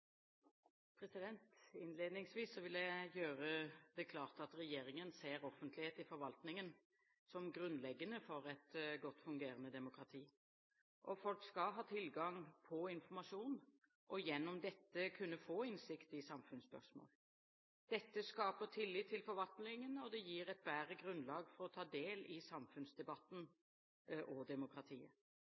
Innledningsvis vil jeg gjøre det klart at regjeringen ser offentlighet i forvaltningen som grunnleggende for et godt fungerende demokrati. Folk skal ha tilgang på informasjon og gjennom dette kunne få innsikt i samfunnsspørsmål. Dette skaper tillit til forvaltningen, og det gir et bedre grunnlag for å ta del i samfunnsdebatten og demokratiet.